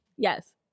Yes